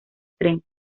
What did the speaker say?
tren